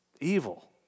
Evil